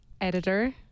editor